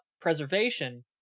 preservation